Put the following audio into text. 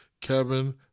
Kevin